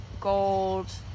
gold